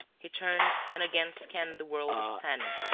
he turned and again scanned the world of sand,